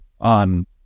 on